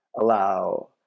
allow